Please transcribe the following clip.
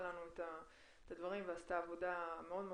לנו את הדברים ועשתה עבודה מאוד חשובה,